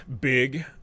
big